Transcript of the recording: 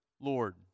Lord